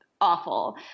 Awful